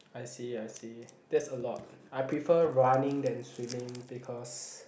I see I see that's a lot I prefer running than swimming because